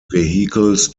vehicles